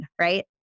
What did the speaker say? right